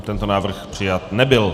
Tento návrh přijat nebyl.